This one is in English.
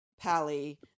Pally